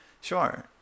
Sure